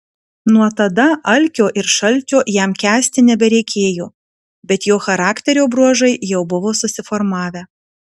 nuo tada alkio ir šalčio jam kęsti nebereikėjo bet jo charakterio bruožai jau buvo susiformavę